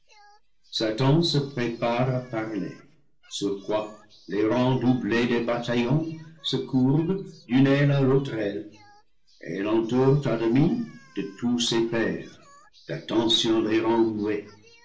satan se prépare à parler sur quoi les rangs doublés des bataillons se courbent d'une aile à l'autre aile et l'entourent à demi de tous ses pairs l'attention